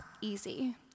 easy